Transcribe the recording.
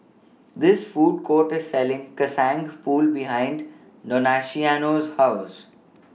This Food Court A Selling Kacang Pool behind Donaciano's House